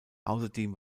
außerdem